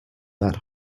that